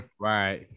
Right